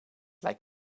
lijkt